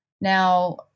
Now